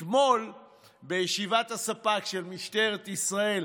אתמול בישיבת הספ"כ של משטרת ישראל,